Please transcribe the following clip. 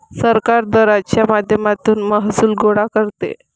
सरकार दराच्या माध्यमातून महसूल गोळा करते